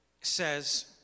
says